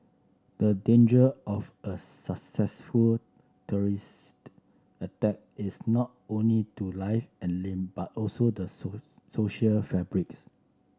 the danger of a successful terrorist attack is not only to life and limb but also the social fabrics